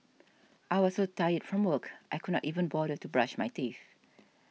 I was so tired from work I could not even bother to brush my teeth